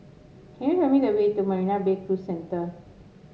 can you tell me the way to Marina Bay Cruise Centre